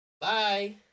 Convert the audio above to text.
bye